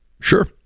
Sure